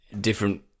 different